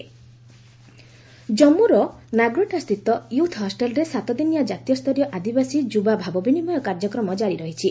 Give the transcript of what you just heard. JK TYEP ଜାମ୍ପୁର ନାଗ୍ରୋଟାସ୍ଥିତ youth ହଷ୍ଟେଲ୍ରେ ସାତଦିନିଆ କ୍ଷାତୀୟ ସ୍ତରୀୟ ଆଦିବାସୀ ଯୁବା ଭାବବିନିମୟ କାର୍ଯ୍ୟକ୍ରମ ଜାରି ରହିଛି